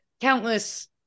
countless